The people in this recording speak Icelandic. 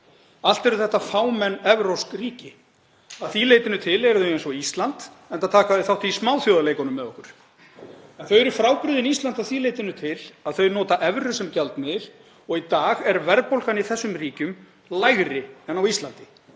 Allt eru þetta fámenn evrópsk ríki. Að því leytinu til eru þau eins og Ísland, enda taka þau þátt í smáþjóðaleikunum með okkur. En þau eru frábrugðin Íslandi að því leytinu til að þau nota evru sem gjaldmiðil og í dag er verðbólgan í þessum ríkjum lægri en á Íslandi.